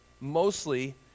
mostly